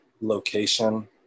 location